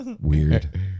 Weird